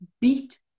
beat